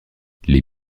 les